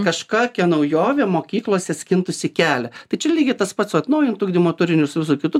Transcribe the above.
kažkokia naujovė mokyklose skintųsi kelią tai čia lygiai tas pats su atnaujintu ugdymo turiniu su visu kitu